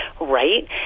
right